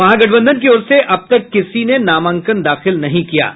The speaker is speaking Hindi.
महागठबंधन की ओर से अब तक किसी ने नामांकन दाखिल नहीं किया है